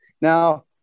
Now